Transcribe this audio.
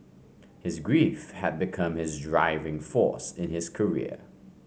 his grief had become his driving force in his career